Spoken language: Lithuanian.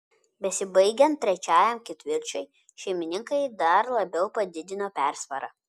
besibaigiant trečiajam ketvirčiui šeimininkai dar labiau padidino persvarą